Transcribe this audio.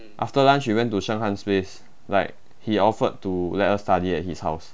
after lunch we went to sheng han place like he offered to let us study at his house